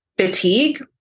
fatigue